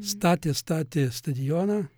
statė statė stadioną